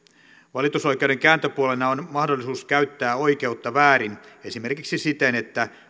valitusoikeuden kääntöpuolena on mahdollisuus käyttää oikeutta väärin esimerkiksi siten että